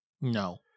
No